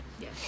Yes